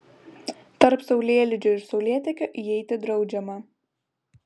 tarp saulėlydžio ir saulėtekio įeiti draudžiama